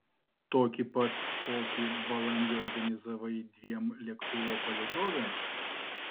tokį pat kokį balandį organizavai dviem lėktuvo palydovėms